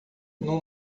num